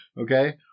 Okay